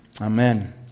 Amen